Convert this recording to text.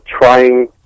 trying